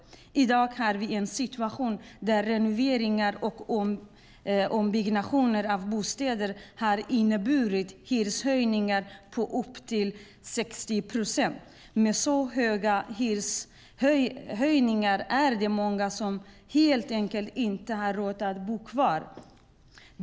I dag har vi en situation där renoveringar och ombyggnader av bostäder har inneburit hyreshöjningar på upp till 60 procent. Med så höga hyreshöjningar är det många som helt enkelt inte har råd att bo kvar.